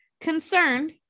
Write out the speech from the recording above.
concerned